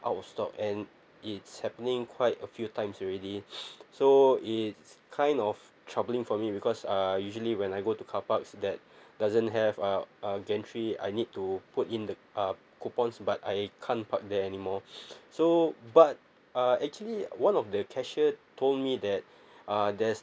out of stock and it's happening quite a few times already so it's kind of troubling for me because uh usually when I go to carparks that doesn't have a a gantry I need to put in the uh coupons but I can't park there anymore so but uh actually one of the cashier told me that uh there's